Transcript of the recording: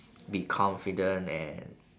be confident and